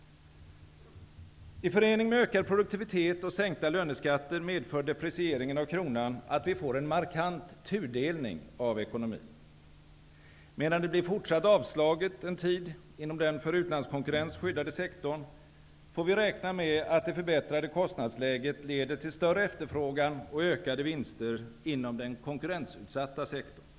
I förening med ökad produktivitet och sänkta löneskatter medför deprecieringen av kronan att vi får en markant tudelning av ekonomin. Medan det blir fortsatt avslaget en tid inom den för utlandskonkurrens skyddade sektorn, får vi räkna med att det förbättrade kostnadsläget leder till större efterfrågan och ökade vinster inom den konkurrensutsatta sektorn.